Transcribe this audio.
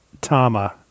Tama